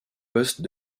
poste